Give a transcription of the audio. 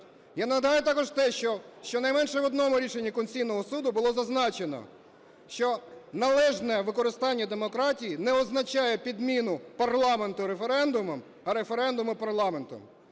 Я нагадаю також те, що щонайменше в одному рішенні Конституційного Суду було зазначено, що належне використання демократії не означає підміну парламенту референдумом, а референдуми парламенту.